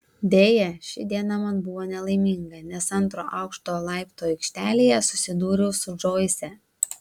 deja ši diena man buvo nelaiminga nes antro aukšto laiptų aikštelėje susidūriau su džoise